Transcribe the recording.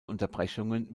unterbrechungen